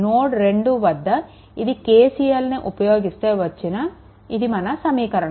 నోడ్2 వద్ద ఇది KCLను ఉపయోగిస్తే వచ్చిన ఇది మన సమీకరణం